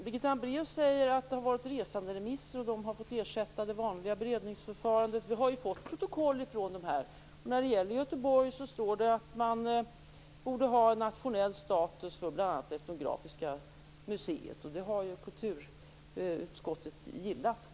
Birgitta Hambraeus säger att det har varit resanderemisser, och att det har fått ersätta det vanliga beredningsförfarandet. Vi har ju fått protokoll om det här. När det gäller Göteborg står det att man borde ha nationell status för bl.a. Etnografiska museet, och den tanken har ju kulturutskottet gillat.